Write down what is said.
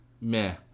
meh